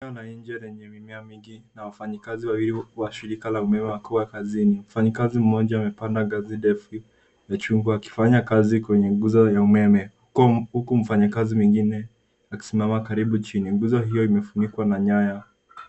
la nje lenye mimea mingi na wafanyikazi wawili wa shirika la umeme wakiwa kazini. Mfanyikazi mmoja amepanda ngazi ndefu ya chungwa akifanya kazi kwenye nguzo ya umeme huku mfanyakazi mwengine akisimama karibu chini. Nguzo hio imefunikwa na nyaya.